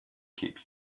keep